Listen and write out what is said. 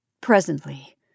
Presently